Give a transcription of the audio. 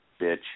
bitch